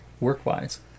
work-wise